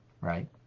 right